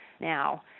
now